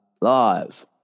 live